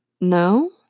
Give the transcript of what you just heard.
no